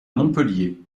montpellier